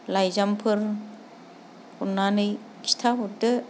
लाइजामफोर हरनानै खिन्थाहरदो